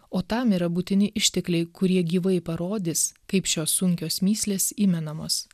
o tam yra būtini ištekliai kurie gyvai parodys kaip šios sunkios mįslės įmenamos